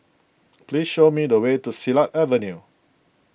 please show me the way to Silat Avenue